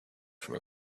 from